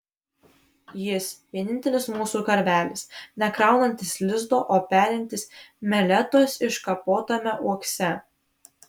jis vienintelis mūsų karvelis nekraunantis lizdo o perintis meletos iškapotame uokse